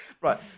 Right